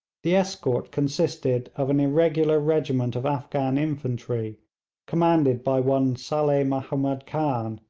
the escort consisted of an irregular regiment of afghan infantry commanded by one saleh mahomed khan,